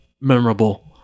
memorable